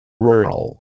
Rural